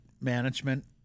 management